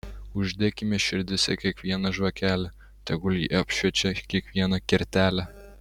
uždekime širdyse kiekvieną žvakelę tegul ji apšviečia kiekvieną kertelę